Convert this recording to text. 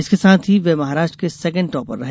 इसके साथ ही वे महाराष्ट्र के सेकंड टॉपर रहे